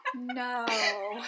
no